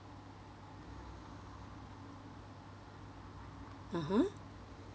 (uh huh)